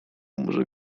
może